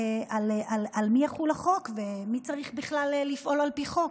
על מי יחול החוק ומי צריך בכלל לפעול על פי חוק.